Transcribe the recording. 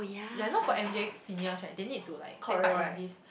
ya you know for M_J seniors right they need to like take part in this